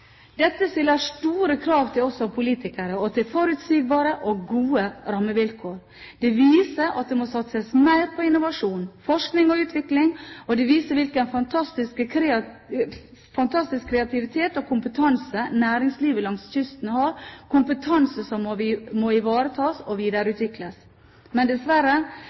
Dette stiller store krav til oss som politikere og til forutsigbare og gode rammevilkår. Det viser at det må satses mer på innovasjon, forskning og utvikling, og det viser hvilken fantastisk kreativitet og kompetanse næringslivet langs kysten har, kompetanse som må ivaretas og videreutvikles. Men dessverre: